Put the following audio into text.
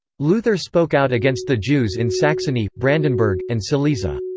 luther spoke out against the jews in saxony, brandenburg, and silesia.